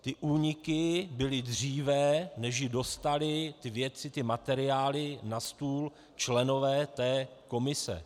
Ty úniky byly dříve, než dostali ty věci, ty materiály na stůl členové té komise.